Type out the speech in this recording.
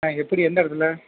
ஆ எப்படி எந்த இடத்துல